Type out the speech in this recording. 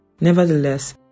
Nevertheless